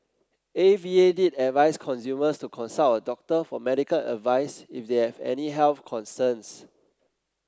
A V A did advice consumers to consult a doctor for medical advice if they have any health concerns